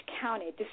County